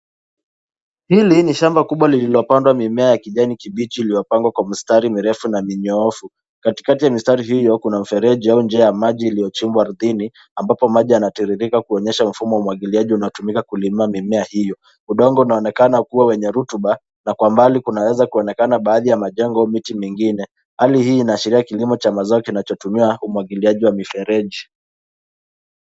Hili ni shamba kubwa lililopandwa mimea ya kijani kibichi iliopangwa kwa mistari mirefu na minyoofu, katikati ya mistari hio kuna mfereji au njia ya maji iliochimbwa ardhini ambapo maji yanatiririka kuonyesha mfumo wa umwagiliaji unaotumika kulima mimea hio. Udongo unaonekana kuwa wenye rutuba na kwa mbali kunaweza kuonekana baadhi ya majengo au miti mingine, hali hii inaashira kilimo cha mazao kinachotumia umwagiliaji wa mifereji.